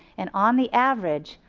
and on the average,